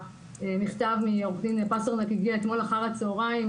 המכתב מעו"ד פסטרנק הגיע אתמול אחר הצהריים.